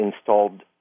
installed